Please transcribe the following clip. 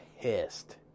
pissed